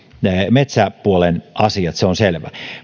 metsäpuolen asiat se on selvä